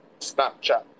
Snapchat